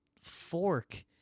fork